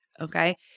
Okay